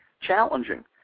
challenging